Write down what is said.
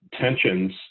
tensions